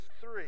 three